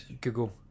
Google